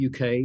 UK